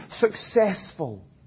successful